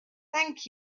thank